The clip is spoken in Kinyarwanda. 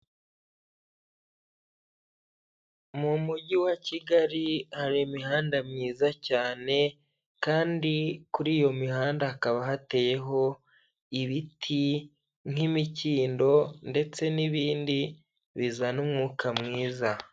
Mu mujyi wa Kigali hari imihanda myiza cyane kandi kuri iyo mihanda hakaba hateyeho ibiti; nk'imikindo ndetse n'ibindi bizana umwuka mwiza.